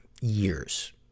years